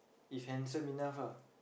if handsome enough ah